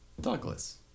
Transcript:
Douglas